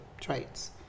traits